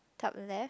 top left